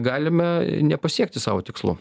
galime nepasiekti sau tikslų